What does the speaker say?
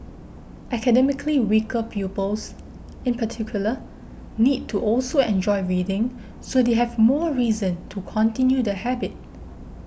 academically weaker pupils in particular need to also enjoy reading so they have more reason to continue the habit